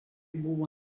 buvo